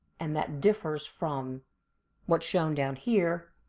and that differs from what's shown down here